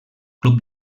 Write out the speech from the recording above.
club